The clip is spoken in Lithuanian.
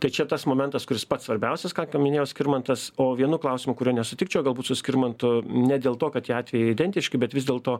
tai čia tas momentas kuris pats svarbiausias ką k minėjo skirmantas o vienu klausimu kuriuo nesutikčiau galbūt su skirmantu ne dėl to kad tie atvejai identiški bet vis dėlto